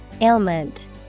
Ailment